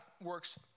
works